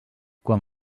quan